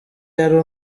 yari